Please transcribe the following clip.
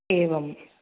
एवम्